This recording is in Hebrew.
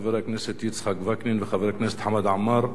חבר הכנסת יצחק וקנין וחבר הכנסת חמד עמאר,